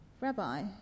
Rabbi